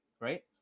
Right